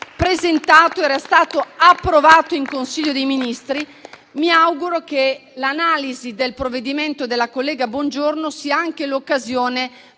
presentato che è stato approvato in Consiglio dei Ministri. Mi auguro che l'analisi del provvedimento della collega Bongiorno sia anche l'occasione